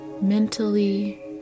mentally